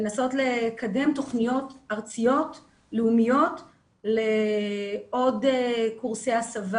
לנסות לקדם תוכניות ארציות לאומיות לעוד קורסי הסבה